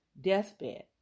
deathbed